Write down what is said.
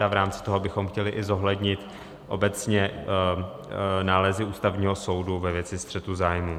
A v rámci toho bychom chtěli i zohlednit obecně nálezy Ústavního soudu ve věci střetu zájmů.